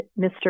Mr